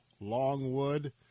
Longwood